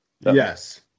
Yes